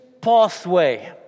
pathway